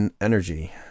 energy